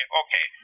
okay